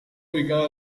ubicado